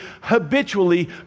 habitually